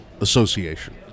Association